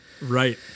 right